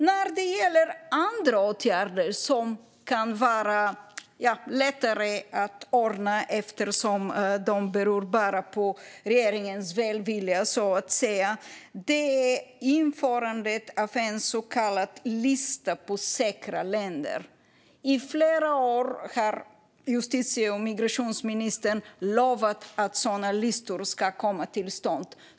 När det gäller andra åtgärder som kan vara lättare att ordna eftersom de bara beror på regeringens välvilja handlar det om införandet av en lista över så kallade säkra länder. I flera år har justitie och migrationsministern lovat att sådana listor ska komma till stånd.